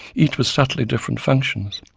each with subtly different functions.